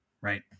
right